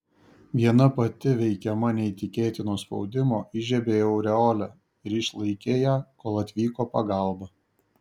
viena pati veikiama neįtikėtino spaudimo įžiebei aureolę ir išlaikei ją kol atvyko pagalba